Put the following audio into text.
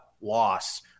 loss